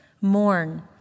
mourn